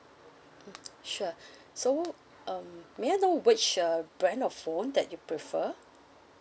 sure so um may I know which uh brand or phone that you prefer